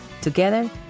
Together